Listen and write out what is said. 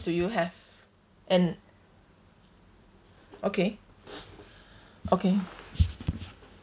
do you have and okay okay